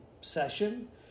session